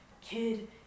Kid